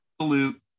absolute